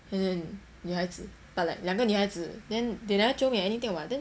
no no 女孩子 but like 两个女孩子 then they never jio me anything [what] then